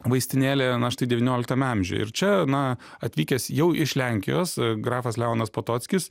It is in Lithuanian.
vaistinėlė na štai devynioliktame amžiuje ir čia na atvykęs jau iš lenkijos grafas leonas potockis